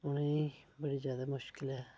उ'नें ई बड़ी जादा मुशकल ऐ